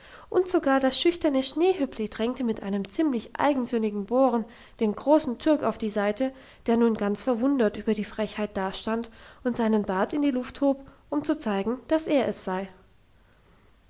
und sogar das schüchterne schneehöppli drängte mit einem ziemlich eigensinnigen bohren den großen türk auf die seite der nun ganz verwundert über die frechheit dastand und seinen bart in die luft hob um zu zeigen dass er es sei